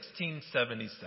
1677